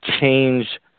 change